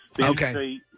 Okay